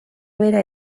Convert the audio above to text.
bera